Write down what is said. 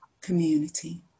community